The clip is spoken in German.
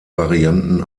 varianten